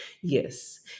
Yes